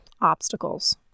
obstacles